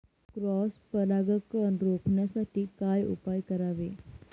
Cross परागकण रोखण्यासाठी काय उपाय करावे?